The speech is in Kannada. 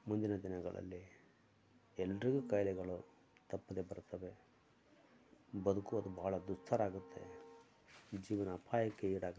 ಮುಂದಿನ ದಿನಗಳಲ್ಲಿ ಎಲ್ಲರಿಗು ಕಾಯಿಲೆಗಳು ತಪ್ಪದೆ ಬರುತ್ತವೆ ಬದುಕುವುದು ಭಾಳ ದುಸ್ತರ ಆಗುತ್ತೆ ಜೀವನ ಅಪಾಯಕ್ಕೆ ಈಡಾಗುತ್ತೆ